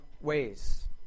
ways